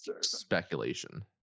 speculation